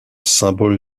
symbole